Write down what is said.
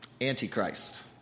Antichrist